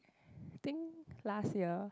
think last year